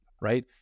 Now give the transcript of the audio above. right